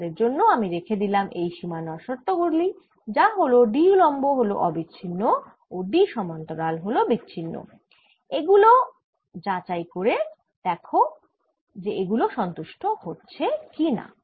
তোমাদের জন্য আমি রেখে দিলাম এর সীমানা শর্ত গুলি যা হল D উলম্ব হল অবিচ্ছিন্ন ও E সমান্তরাল হল বিচ্ছিন্ন - এগুলি যাচাই করে দেখা যে এগুলি সন্তুষ্ট হচ্ছে কি না